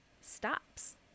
stops